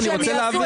אני לא רוצה להבין.